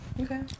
Okay